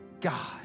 God